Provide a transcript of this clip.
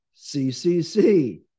CCC